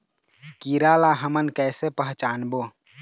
कीरा ला हमन कइसे पहचानबो?